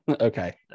okay